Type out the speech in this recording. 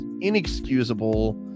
inexcusable